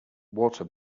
water